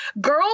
girls